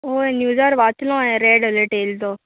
ओय न्यूजार वाचलो हांयें रेड अलर्ट येल् तो